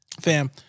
Fam